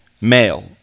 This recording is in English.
male